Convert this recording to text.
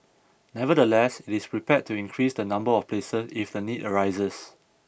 nevertheless it is prepared to increase the number of places if the need arises